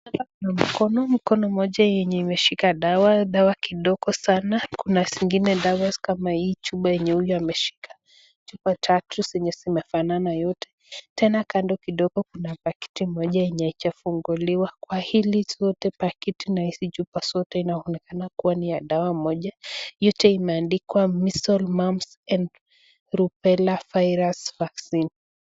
Hapa kuna mkono. Mkono mmoja yenye imeshika dawa, dawa kidogo sana. Kuna zingine dawa kama hii chupa yenye huyu ameshika chupa tatu zenye zimefanana yote. Tena kando kidogo kuna pakiti moja yenye haijafunguliwa. Kwa hili zote pakiti na hizi chupa zote inaonekana kuwa ni ya dawa moja. Yote imeandikwa Measles, Mumps and Rubella Virus Vaccine.